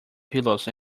pillows